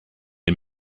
and